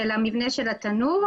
התנור,